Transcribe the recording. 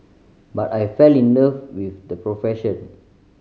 but I fell in love with the profession